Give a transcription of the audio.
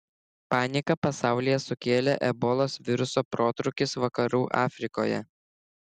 paniką pasaulyje sukėlė ebolos viruso protrūkis vakarų afrikoje